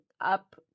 up